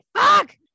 fuck